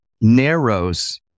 narrows